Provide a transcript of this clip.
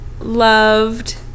loved